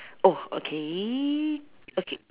oh okay okay